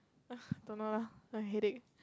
ugh don't know lah I headache